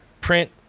print